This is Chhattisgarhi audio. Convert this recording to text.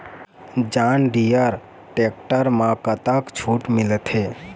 जॉन डिअर टेक्टर म कतक छूट मिलथे?